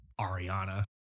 Ariana